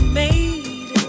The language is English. made